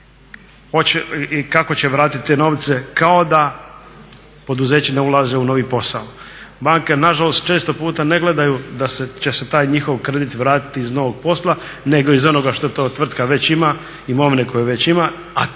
kako će vratiti te novce kao da poduzeće ne ulaže u novi posao. Banke nažalost često puta ne gledaju da će se taj njihov kredit vratiti iz novog posla nego iz onoga što tvrtka već ima, imovine koju već ima, a to